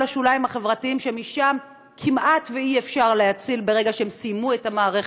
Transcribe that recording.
לשוליים החברתיים שמשם כמעט אי-אפשר להציל ברגע שהם סיימו את המערכת,